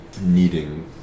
needing